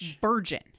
Virgin